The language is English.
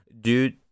Dude